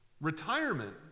Retirement